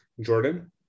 Jordan